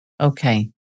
Okay